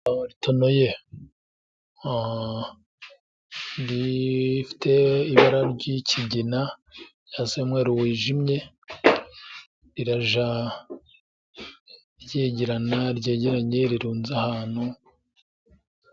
Ikawa batonoye ifite ibara ry'ikigina cyangwa se umweru wijimye, rirajya ryegerana ryegeranye rirunze... ahantu